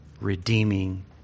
redeeming